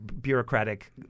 bureaucratic